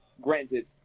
Granted